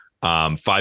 five